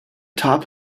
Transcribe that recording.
top